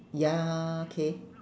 ya K